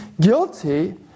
guilty